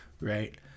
right